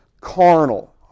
Carnal